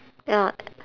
ya